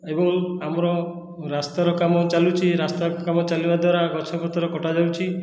ଏବଂ ଆମର ରାସ୍ତାର କାମ ଚାଲୁଛି ରାସ୍ତା କାମ ଚାଲିବା ଦ୍ଵାରା ଗଛପତ୍ର କଟା ଯାଉଛି